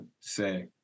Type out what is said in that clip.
say